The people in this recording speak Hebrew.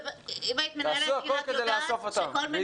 תעשו הכול כדי לאסוף אותם.